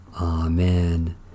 Amen